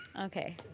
Okay